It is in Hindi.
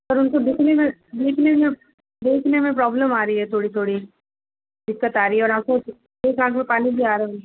पर उनको दिखने में देखने में देखने में प्रॉब्लम आ रही है थोड़ी थोड़ी दिक्कत आ रही है और आँखों एक आंख में पानी भी आ रहा है